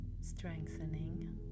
strengthening